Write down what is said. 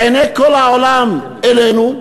עיני כל העולם אלינו,